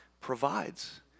provides